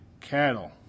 cattle